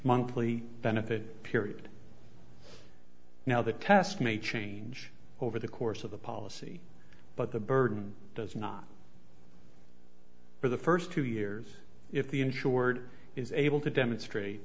monthly benefit period now the task may change over the course of the policy but the burden does not for the first two years if the insured is able to demonstrate